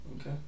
Okay